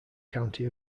county